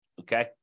okay